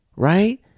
Right